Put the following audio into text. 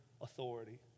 authority